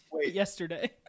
yesterday